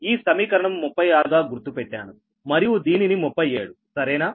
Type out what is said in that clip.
ఈ సమీకరణము 36 గా గుర్తు పెట్టాను మరియు దీనిని 37 సరేనా